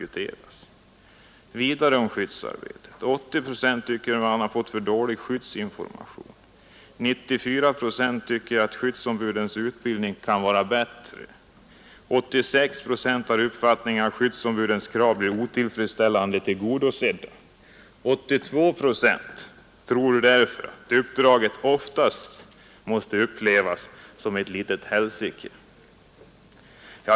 Beträffande skyddsarbete tycker 80 procent att de har fått för dålig skyddsinformation, och 94 procent tycker att skyddsombudens utbildning kunde vara bättre. 86 procent har uppfattningen att skyddsombudens krav blir otillfredsställande tillgodosedda. 82 procent tror därför att uppdraget oftast måste upplevas som ”ett litet helsike”.